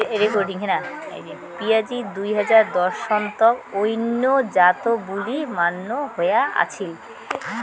পিঁয়াজিত দুই হাজার দশ সন তক অইন্য জাত বুলি মান্য হয়া আছিল